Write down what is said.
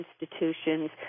institutions